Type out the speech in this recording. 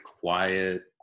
quiet